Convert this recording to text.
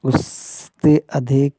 उस से अधिक